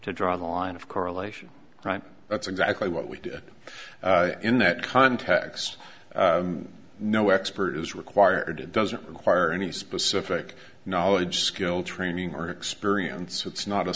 to draw the line of correlation right that's exactly what we did in that context no expert is required it doesn't require any specific knowledge skill training or experience it's not a